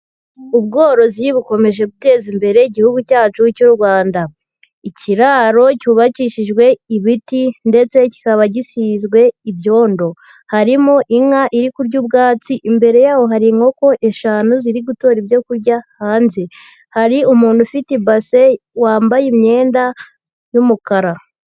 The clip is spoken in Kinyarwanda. Ubworozi bukomeje guteza imbere igihugu cyacu cy'u Rwanda. Ikiraro cyubakishijwe ibiti ndetse kikaba gisizwe ibyondo. Harimo inka iri kurya ubwatsi, imbere yaho hari inkoko eshanu ziri gutora ibyo kurya hanze. Hari umuntu ufite ibase wambaye imyenda y'umukara.